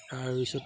তাৰপিছত